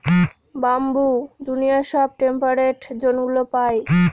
bamboo দুনিয়ার সব temperate জোনগুলা পায়